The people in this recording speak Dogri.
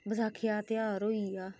बसाखी दा ध्यार होई गेआ